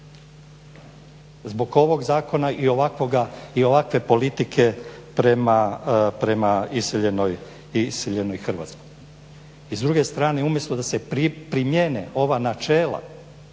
Zbog ovog zakona i ovakve politike prema iseljenoj Hrvatskoj.